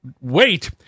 wait